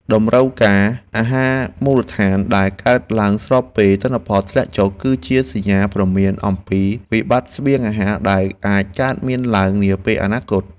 តម្រូវការអាហារមូលដ្ឋានដែលកើនឡើងស្របពេលទិន្នផលធ្លាក់ចុះ គឺជាសញ្ញាព្រមានអំពីវិបត្តិស្បៀងអាហារដែលអាចកើតមានឡើងនាពេលអនាគត។